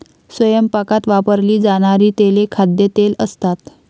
स्वयंपाकात वापरली जाणारी तेले खाद्यतेल असतात